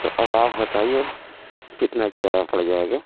تو اب آپ بتائیے کتنا کرایہ پڑ جائے گا